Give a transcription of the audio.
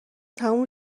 تموم